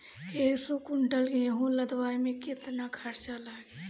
एक सौ कुंटल गेहूं लदवाई में केतना खर्चा लागी?